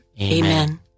Amen